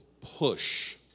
push